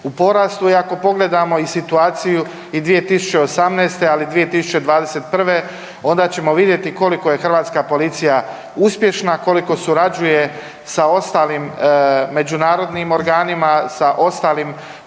u porastu i ako pogledamo i situaciju i 2018., ali 2021. onda ćemo vidjeti koliko je hrvatska policija uspješna, koliko surađuje sa ostalim međunarodnim organima, sa ostalim